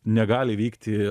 negali vykti